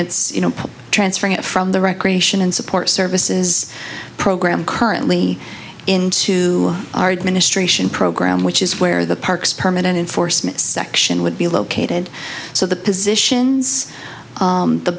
it's you know transferring it from the recreation and support services program currently into ard ministration program which is where the parks permanent enforcement section would be located so the positions